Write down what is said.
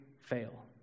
fail